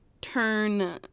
turn